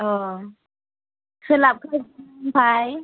सोलाबगोन ने ओमफ्राय